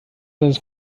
seines